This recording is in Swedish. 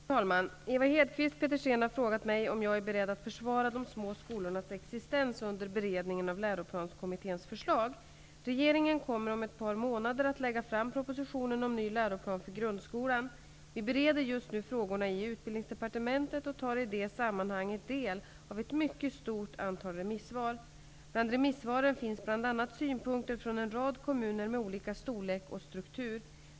Fru talman! Ewa Hedkvist Petersen har frågat mig om jag är beredd att försvara de små skolornas existens under beredningen av Regeringen kommer om ett par månader att lägga fram propositionen om en ny läroplan för grundskolan. Vi bereder just nu frågorna i Utbildningsdepartementet och tar i det sammanhanget del av ett mycket stort antal remissvar. Bland remissvaren finns bl.a. synpunkter från en rad kommuner med olika storlek och struktur.